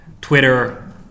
Twitter